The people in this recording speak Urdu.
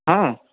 ہاں